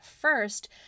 first